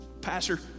Pastor